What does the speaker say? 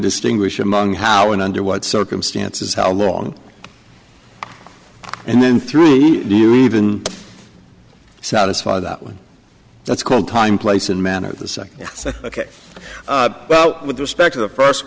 distinguish among how and under what circumstances how long and then three do you even satisfy that one that's called time place and manner the second ok well with respect to the first